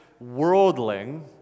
worldling